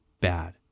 bad